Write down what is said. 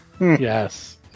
Yes